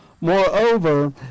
Moreover